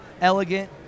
elegant